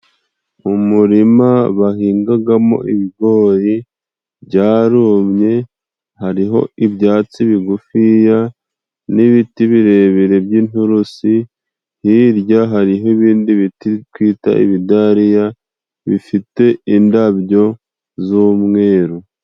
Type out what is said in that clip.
Umurima bahingagamo ibigori byarumye hariho ibyatsi bigufiya n'ibiti birebire by'ininturusi, hirya hariho ibindi biti twita ibidariya bifite indabyo z'umweru.